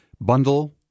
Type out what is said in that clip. bundle